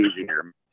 easier